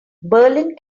berlin